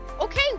okay